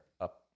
up